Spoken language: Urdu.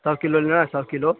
سو کلو لینا ہے سو کلو